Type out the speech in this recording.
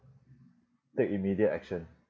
take immediate action